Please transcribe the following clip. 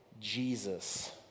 Jesus